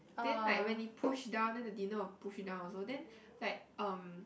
then like when it push down then the dinner will push it down also then like um